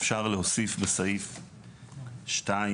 אפשר להוסיף בסעיף 2(א)